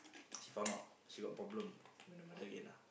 she found out she got problem when the mother again ah